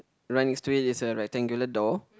right next to it is a rectangular door